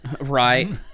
right